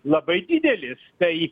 labai didelis tai